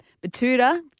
Batuta